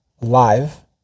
live